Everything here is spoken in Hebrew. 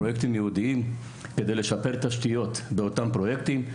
פרויקטים ייעודיים כדי לשפר תשתיות באותם פרויקטים.